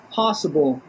possible